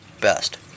best